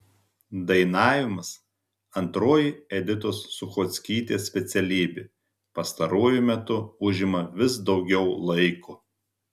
dainavimas antroji editos suchockytės specialybė pastaruoju metu užima vis daugiau laiko